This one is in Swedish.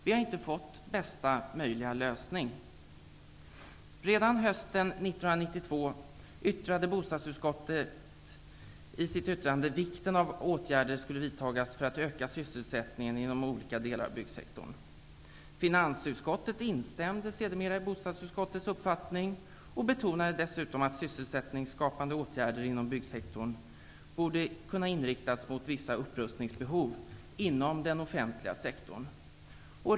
Vi har inte fått bästa möjliga lösning. Redan hösten 1992 yttrade bostadsutskottet i sitt betänkande vikten av att åtgärder skulle vidtagas för att öka sysselsättningen inom olika delar av byggsektorn. Finansutskottet instämde sedermera i bostadsutskottets uppfattning och betonade dessutom att sysselsättningsskapande åtgärder inom byggsektorn borde kunna inriktas mot vissa upprustningsbehov inom den offentliga sektorn.